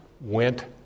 went